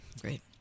Great